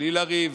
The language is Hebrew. בלי לריב,